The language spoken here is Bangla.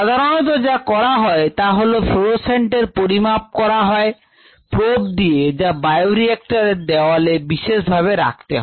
সাধারণত যা করা হয় তা হলো ফ্লুরোসেন্ট এর পরিমাপ করা হয় প্রোব দিয়ে যা বায়োরিএক্টরের দেওয়ালে বিশেষভাবে রাখতে হয়